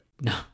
no